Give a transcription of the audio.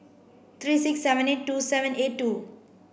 three six seven eight two seven eight two